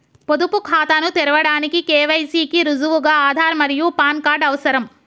పొదుపు ఖాతాను తెరవడానికి కే.వై.సి కి రుజువుగా ఆధార్ మరియు పాన్ కార్డ్ అవసరం